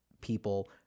people